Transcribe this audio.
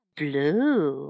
blue